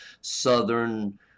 southern